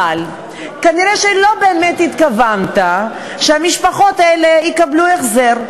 אבל כנראה לא באמת התכוונת שהמשפחות האלה יקבלו החזר,